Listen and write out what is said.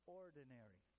ordinary